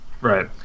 Right